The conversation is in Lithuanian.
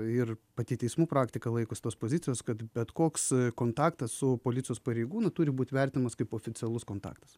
ir pati teismų praktika laikosi tos pozicijos kad bet koks kontaktas su policijos pareigūnu turi būt vertinamas kaip oficialus kontaktas